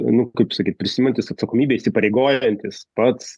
nu kaip sakyt prisiimantis atsakomybę įsipareigojantis pats